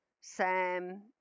Sam